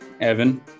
Evan